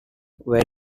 where